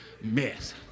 mess